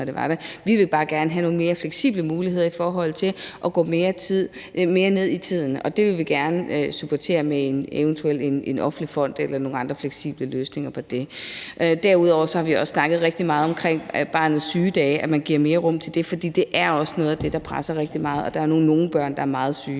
Vi vil bare gerne have nogle mere fleksible muligheder i forhold til at gå mere ned i tid, og det vil vi gerne supportere med eventuelt en offentlig fond eller nogle andre fleksible løsninger. Derudover har vi også snakket rigtig meget om barnets sygedage, altså at man giver mere rum til det, for det er også noget af det, der presser rigtig meget, og der er nogle børn, der er meget syge